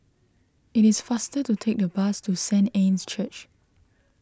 it is faster to take the bus to Saint Anne's Church